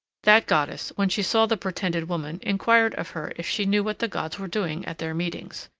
that goddess, when she saw the pretended woman, inquired of her if she knew what the gods were doing at their meetings.